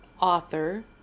author